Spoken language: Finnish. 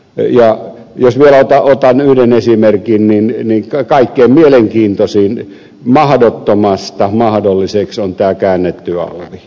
jos vielä otan yhden esimerkin niin kaikkein mielenkiintoisin mahdottomasta mahdolliseksi tapaus on tämä käännetty alvi